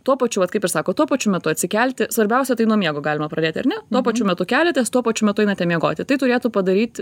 tuo pačiu vat kaip ir sakot tuo pačiu metu atsikelti svarbiausia tai nuo miego galima pradėt ar ne tuo pačiu metu keliatės tuo pačiu metu einate miegoti tai turėtų padaryt